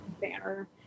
banner